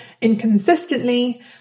inconsistently